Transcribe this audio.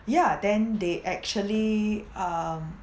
ya then they actually um